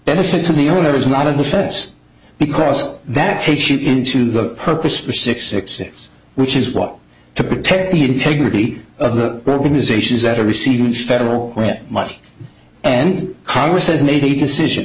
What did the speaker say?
benefit to the owners not of the feds because that takes you into the purpose for six six six which is what to protect the integrity of the urbanization is that are receiving federal grant money and congress has made a decision